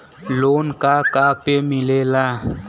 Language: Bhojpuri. लोन का का पे मिलेला?